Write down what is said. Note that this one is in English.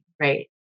right